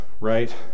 right